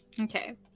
Okay